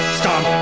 stop